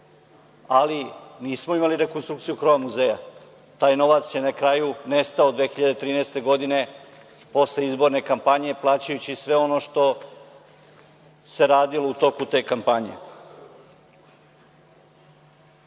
ali nismo imali rekonstrukciju krova muzeja, taj novac je na kraju nestao 2013. godine posle izborne kampanje plaćajući sve ono što se radilo u toku te kampanje. Moj